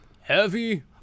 Heavy